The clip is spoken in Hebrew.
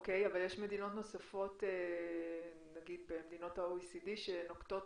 אתה יודע להגיד אם יש מדינות נוספות במדינות ב-OECD שנוקטות